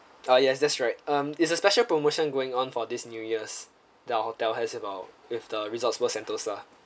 uh yes that's right um it's a special promotion going on for this new year's that our hotel has about with the resorts world sentosa